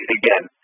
again